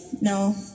No